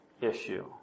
issue